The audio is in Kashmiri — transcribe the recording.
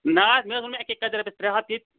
نہ حظ مےٚ حظ ووٚن مَے اَکے کَتھِ رۄپیَس ترٛے ہَتھ